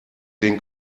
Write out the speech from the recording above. den